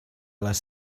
les